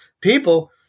people